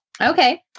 Okay